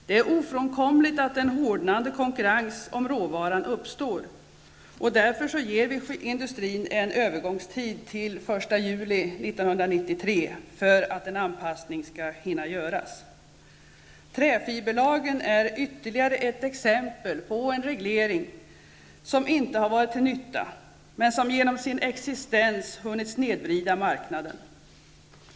Det är ofrånkomligt att en hårdnande konkurrens om råvaran uppstår, och därför ger vi industrin en övergångstid till den 1 juli 1993 för att en anpassning skall hinna göras. Träfiberlagen är ytterligare ett exempel på en reglering som inte har varit till nytta men som genom sin existens hunnit snedvrida marknaden.